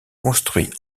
construit